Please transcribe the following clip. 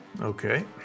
Okay